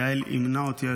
יעל אימנה אותי,